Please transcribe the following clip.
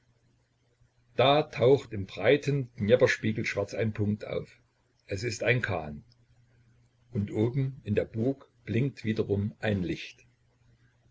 da taucht im breiten dnjeprspiegel schwarz ein punkt auf es ist ein kahn und oben in der burg blinkt wiederum ein licht